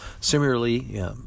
Similarly